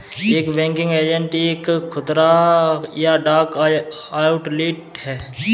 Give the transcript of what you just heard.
एक banking agent एक खुदरा या डाक आउटलेट है